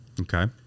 Okay